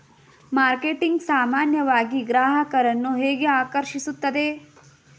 Marketing ಸಾಮಾನ್ಯವಾಗಿ ಗ್ರಾಹಕರನ್ನು ಹೇಗೆ ಆಕರ್ಷಿಸುತ್ತದೆ?